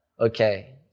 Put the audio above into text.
okay